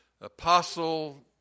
Apostle